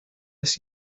this